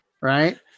right